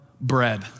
bread